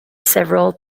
several